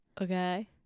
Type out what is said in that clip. Okay